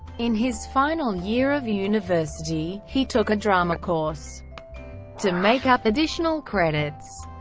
in his final year of university, he took a drama course to make up additional credits.